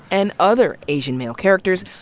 and other asian male characters,